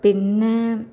പിന്നെ